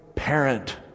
parent